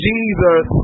Jesus